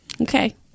Okay